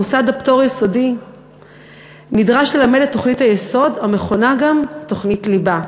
מוסד פטור יסודי נדרש ללמד את תוכנית היסוד המכונה גם "תוכנית ליבה"